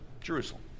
Jerusalem